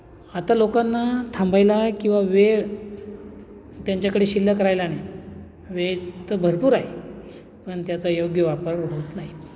आता लोकांना थांबायला किंवा वेळ त्यांच्याकडे शिल्लक राहिला नाही वेळ तर भरपूर आहे पण त्याचा योग्य वापर होत नाही